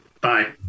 Bye